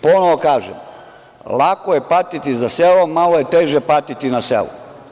Ponovo kažem, lako je patiti za selom, malo je teže patiti na selu.